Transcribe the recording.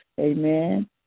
Amen